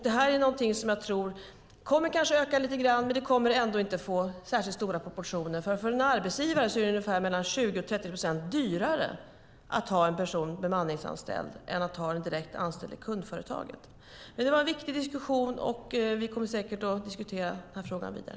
Den här formen av anställning tror jag kommer att öka lite grann, men den kommer ändå inte att få särskilt stora proportioner. För en arbetsgivare är det mellan 20 och 30 procent dyrare att ha en person bemanningsanställd än direkt anställd i företaget. Det här har varit en viktig diskussion, och vi kommer säkert att diskutera frågan vidare.